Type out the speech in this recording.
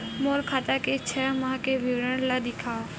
मोर खाता के छः माह के विवरण ल दिखाव?